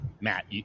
Matt